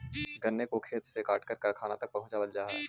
गन्ने को खेत से काटकर कारखानों तक पहुंचावल जा हई